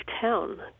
town